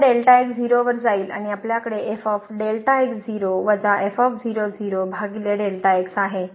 तर 0 वर जाईल आणि आपल्याकडे आहे